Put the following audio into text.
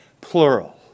plural